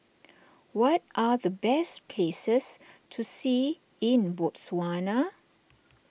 what are the best places to see in Botswana